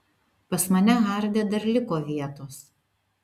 pas mane harde dar liko vietos